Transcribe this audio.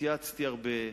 התייעצתי הרבה,